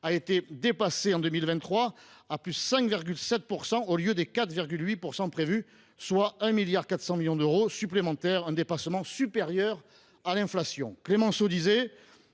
a été dépassé en 2023 : 5,7 % au lieu des 4,8 % prévus, soit 1,4 milliard d’euros supplémentaires. Ce dépassement est supérieur à l’inflation.